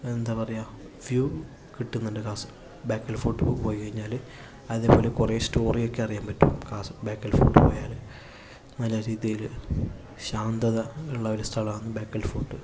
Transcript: എന്താ പറയുക വ്യൂ കിട്ടുന്നുണ്ട് കാസർഗോഡ് ബേക്കൽ ഫോർട്ട് പോയിക്കഴിഞാല് അത് പോലെ കുറെ സ്റ്റോറി ഒക്കെ അറിയാൻ പറ്റും കാസർഗോഡ് ബേക്കൽ ഫോർട്ട് പോയാല് നല്ല രീതിയില് ശാന്തത ഉള്ളൊരു സ്ഥലം ആണ് ബേക്കൽ ഫോർട്ട്